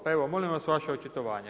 Pa evo molim vas vaše očitovanje.